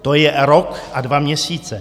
To je rok a dva měsíce.